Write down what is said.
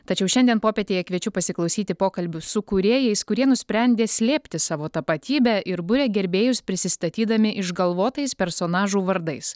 tačiau šiandien popietėje kviečiu pasiklausyti pokalbių su kūrėjais kurie nusprendė slėpti savo tapatybę ir buria gerbėjus prisistatydami išgalvotais personažų vardais